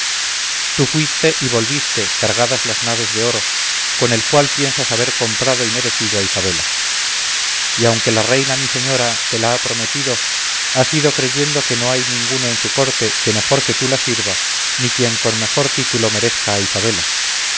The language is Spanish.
tu fuiste y volviste cargadas las naves de oro con el cual piensas haber comprado y merecido a isabela y aunque la reina mi señora te la ha prometido ha sido creyendo que no hay ninguno en su corte que mejor que tú la sirva ni quien con mejor título merezca a isabela